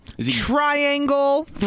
triangle